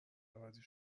عوضی